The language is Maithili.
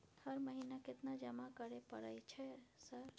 हर महीना केतना जमा करे परय छै सर?